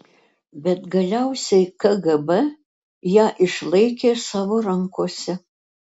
bet galiausiai kgb ją išlaikė savo rankose